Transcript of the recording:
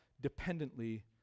dependently